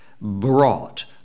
brought